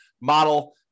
model